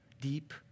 Deep